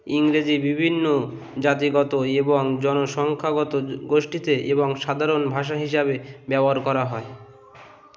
ইংরেজি বিভিন্ন জাতিগত এবং জনসংখ্যাগত গোষ্ঠীতে এবং সাধারণ ভাষা হিসাবে ব্যবহার করা হয়